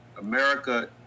America